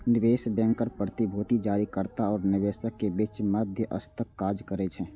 निवेश बैंकर प्रतिभूति जारीकर्ता आ निवेशकक बीच मध्यस्थक काज करै छै